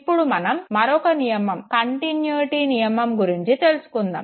ఇప్పుడు మనం మరొక నియమం కంటిన్యుటీ నియమం గురించి తెలుసుకుందాము